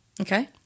Okay